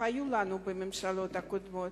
היו לנו בממשלות הקודמות,